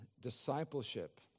discipleship